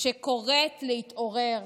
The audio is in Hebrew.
שקוראת להתעורר: